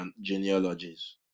genealogies